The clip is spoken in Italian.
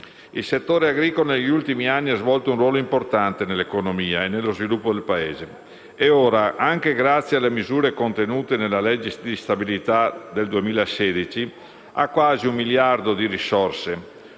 Il settore agricolo negli ultimi anni ha svolto un ruolo importante nell'economia e nello sviluppo del Paese e ora, anche grazie alle misure contenute nella legge di stabilità per il 2016, ha quasi un miliardo di risorse: